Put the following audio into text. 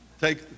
take